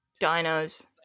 Dinos